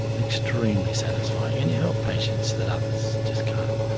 extremely satisfying. and you help patients that others just can't.